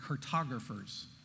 cartographers